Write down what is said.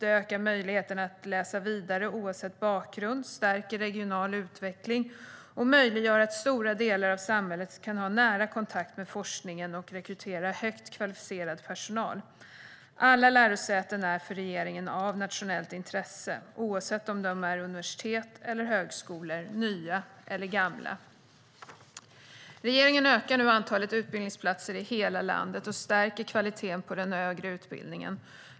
Det ökar möjligheterna att läsa vidare oavsett bakgrund, stärker regional utveckling och möjliggör att stora delar av samhället kan ha nära kontakt med forskningen och rekrytera högt kvalificerad personal. Alla lärosäten är för regeringen av nationellt intresse - oavsett om de är universitet eller högskolor, nya eller gamla. Regeringen ökar nu antalet utbildningsplatser i hela landet och stärker kvaliteten på den högre utbildningen.